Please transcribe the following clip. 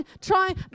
trying